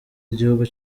igihugu